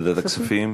ועדת הכספים.